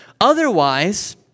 Otherwise